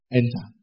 enter